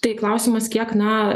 tai klausimas kiek na